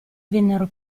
vennero